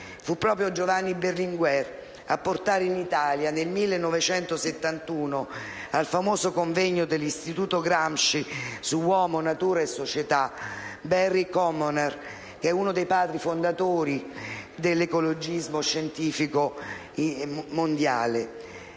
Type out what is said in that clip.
Fu proprio Giovanni Berlinguer a portare in Italia nel 1971, al famoso convegno dell'Istituto Gramsci su «Uomo, natura e società», Barry Commoner, uno dei padri fondatori dell'ecologismo scientifico mondiale.